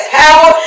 power